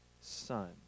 son